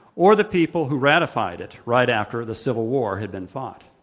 or the people who ratified it right after the civil war had been fought.